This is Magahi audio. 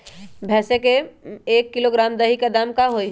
भैस के एक किलोग्राम दही के दाम का होई?